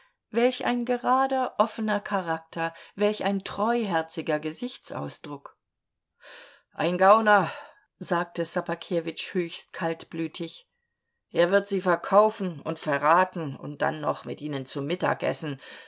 welch ein gerader offener charakter welch ein treuherziger gesichtsausdruck ein gauner sagte ssobakewitsch höchst kaltblütig er wird sie verkaufen und verraten und dann noch mit ihnen zu